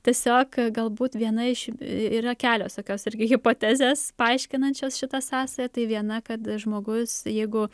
tiesiog galbūt viena iš yra kelios tokios irgi hipotezės paaiškinančios šitą sąsają tai viena kad žmogus jeigu